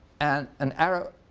and an arrow